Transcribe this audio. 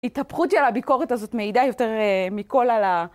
התהפכות של הביקורת הזאת מעידה יותר מכל על ה...